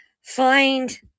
find